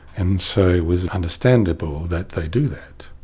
and so it was understandable that they do that.